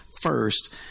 first